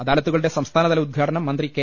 അദാലത്തുക ളുടെ സംസ്ഥാനതല ഉദ്ഘാടനം മന്ത്രി കെ